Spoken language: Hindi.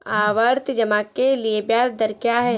आवर्ती जमा के लिए ब्याज दर क्या है?